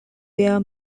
wear